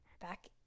back